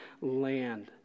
land